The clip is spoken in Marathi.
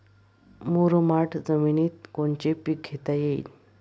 मुरमाड जमिनीत कोनचे पीकं घेता येईन?